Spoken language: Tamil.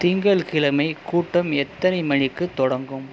திங்கள்கிழமை கூட்டம் எத்தனை மணிக்கு தொடங்கும்